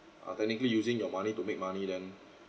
uh technically using your money to make money then